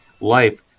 life